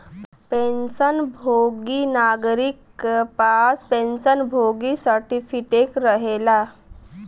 pension भोगी नागरिक क पास पेंशन भोगी सर्टिफिकेट रहेला